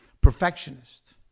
perfectionist